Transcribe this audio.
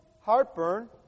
heartburn